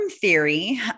theory